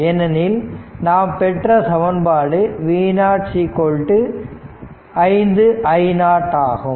ஏனெனில் நாம் பெற்ற சமன்பாடு ஆனது V0 5 i0 ஆகும்